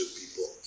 people